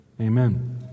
amen